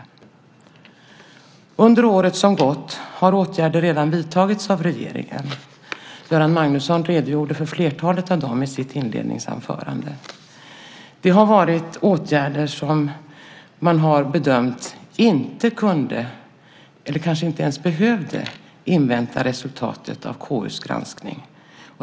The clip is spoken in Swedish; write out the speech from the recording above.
Under året som gått har åtgärder redan vidtagits av regeringen. Göran Magnusson redogjorde för flertalet av dem i sitt inledningsanförande. Det har varit åtgärder som man har bedömt inte kunde eller ens behövde invänta resultatet av KU:s granskning.